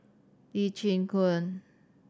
Lee Chin Koon